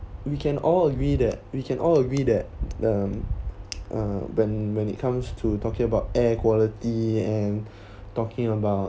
we can all agree that we can all agree that um uh when when it comes to talking about air quality and talking about